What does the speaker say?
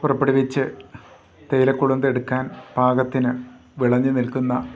പുറപ്പെടുവിച്ച് തേയിലക്കൊളുന്തെടുക്കാൻ പാകത്തിന് വിളഞ്ഞു നിൽക്കുന്ന